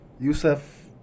Youssef